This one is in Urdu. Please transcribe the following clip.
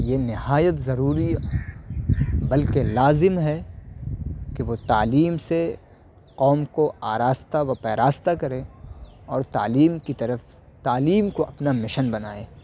یہ نہایت ضروری بلکہ لازم ہے کہ وہ تعلیم سے قوم کو آراستہ و پیراستہ کرے اور تعلیم کی طرف تعلیم کو اپنا مشن بنائے